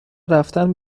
رفتن